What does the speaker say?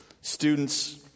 Students